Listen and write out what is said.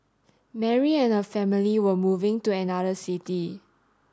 Mary and her family were moving to another city